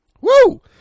Woo